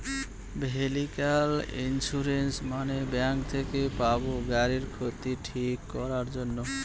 vehicle insurance মানে bank থেকে পাবো গাড়ির ক্ষতি ঠিক করাক জন্যে